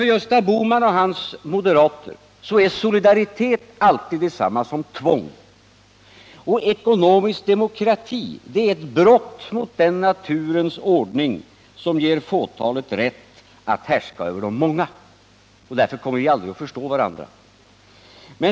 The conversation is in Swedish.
För Gösta Bohman och hans moderater är solidaritet alltid detsamma som tvång, och ekonomisk demokrati är ett brott mot den naturens ordning som ger fåtalet rätt att härska över de många. Därför kommer vi aldrig att förstå varandra.